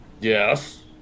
Yes